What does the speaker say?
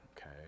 okay